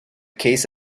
case